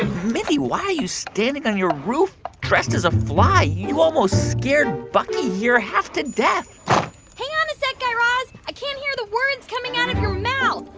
mindy, why are you standing on your roof dressed as a fly? you almost scared bucky here half to death hang on a sec, guy raz. i can't hear the words coming out of your mouth.